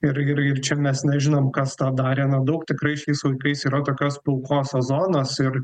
ir ir ir čia mes nežinom kas tą darė na daug tikrai šiais laikais yra tokios pilkosios zonos ir